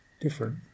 different